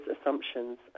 assumptions